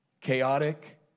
chaotic